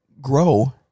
grow